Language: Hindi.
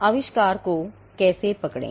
आविष्कार को कैसे पकड़ें